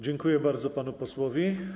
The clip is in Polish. Dziękuję bardzo panu posłowi.